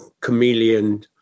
chameleon